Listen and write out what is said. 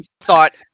thought